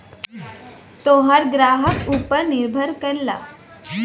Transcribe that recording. तोहार ग्राहक ऊपर निर्भर करला